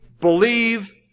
Believe